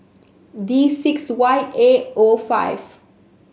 D six Y A O five